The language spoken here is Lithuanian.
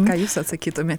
ką jūs atsakytumėt